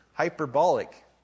hyperbolic